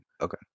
Okay